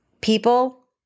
people